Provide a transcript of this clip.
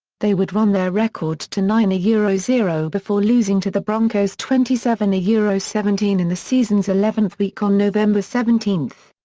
they would run their record to nine yeah zero zero before losing to the broncos twenty seven yeah seventeen in the season's eleventh week on november seventeen.